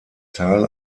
tal